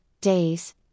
days